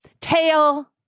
tail